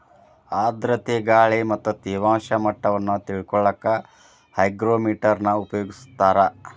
ಆರ್ಧ್ರತೆ ಗಾಳಿ ಮತ್ತ ತೇವಾಂಶ ಮಟ್ಟವನ್ನ ತಿಳಿಕೊಳ್ಳಕ್ಕ ಹೈಗ್ರೋಮೇಟರ್ ನ ಉಪಯೋಗಿಸ್ತಾರ